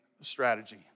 strategy